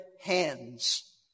hands